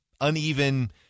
uneven